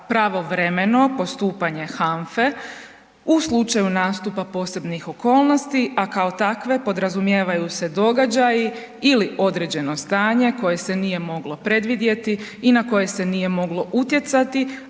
pravovremeno postupanje HANFA-e u slučaju nastupa posebnih okolnosti, a kao takve podrazumijevaju se događaji ili određeno stanje koje se nije moglo predvidjeti i na koje se nije moglo utjecati,